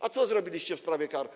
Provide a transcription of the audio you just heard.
A co zrobiliście w sprawie kar?